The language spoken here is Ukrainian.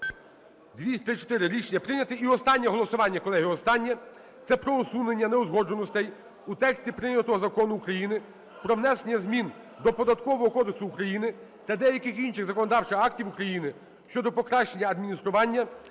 14:24:53 За-234 Рішення прийнято. І останнє голосування, колеги, останнє. Це про усунення неузгодженостей у тексті прийнятого Закону України про внесення змін до Податкового кодексу України та деяких інших законодавчих актів України щодо покращення адміністрування